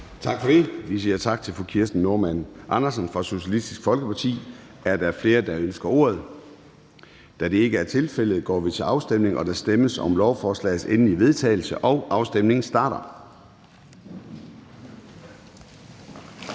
Tak for det. Vi siger tak til fru Kirsten Normann Andersen fra Socialistisk Folkeparti. Er der flere, der ønsker ordet? Da det ikke er tilfældet, går vi til afstemning. Kl. 09:14 Afstemning Formanden (Søren Gade): Der stemmes om lovforslagets endelige vedtagelse, og afstemningen starter.